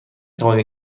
توانی